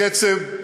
כסף,